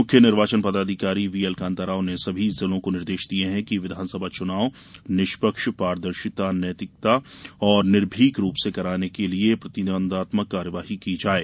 मुख्य निर्वाचन पदाधिकारी व्हीएल कान्ता राव ने सभी जिलों को निर्देश दिये है कि विधान सभा चूनाव निष्पक्ष पारदर्शिता नैतिकता और निर्भीक रूप से कराने के लिये प्रतिबन्धात्मक कार्यवाही की जाये